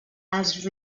els